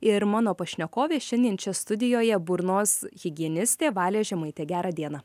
ir mano pašnekovė šiandien čia studijoje burnos higienistė valė žemaitė gerą dieną